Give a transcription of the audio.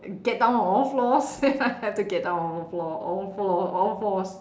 get down on all fours I have to get on all fours all fours all fours